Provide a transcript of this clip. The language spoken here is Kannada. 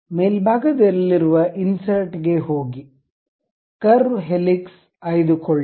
ಮೇಲ್ಭಾಗದಲ್ಲಿರುವ ಇನ್ಸರ್ಟ್ ಗೆ ಹೋಗಿ ಕರ್ವ್ ಹೆಲಿಕ್ಸ್ ಆಯ್ದುಕೊಳ್ಳಿ